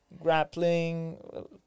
grappling